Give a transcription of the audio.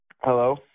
Hello